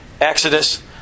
Exodus